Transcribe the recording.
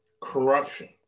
corruption